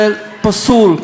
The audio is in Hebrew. זה פסול,